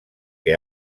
que